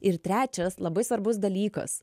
ir trečias labai svarbus dalykas